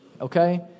Okay